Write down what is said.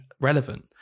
relevant